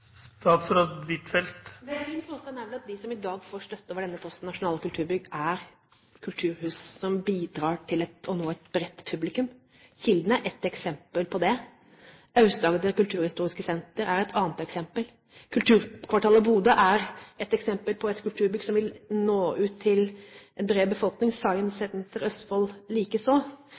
som bidrar til å nå et bredt publikum. Kilden er ett eksempel på det. Aust-Agder Kulturhistoriske Senter er et annet eksempel. Kulturkvartalet i Bodø er et eksempel på et kulturbygg som vil nå ut til en bred befolkning, Science Center Østfold likeså.